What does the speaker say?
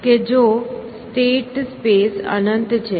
કે જો state space અનંત છે